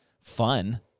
fun